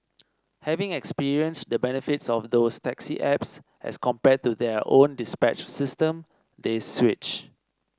having experienced the benefits of those taxi apps as compared to their own dispatch system they switch